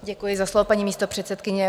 Děkuji za slovo, paní místopředsedkyně.